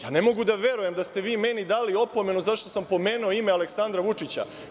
Ja ne mogu da verujem da ste vi meni dali opomenu zato što sam pomenuo ime Aleksandra Vučića.